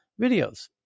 videos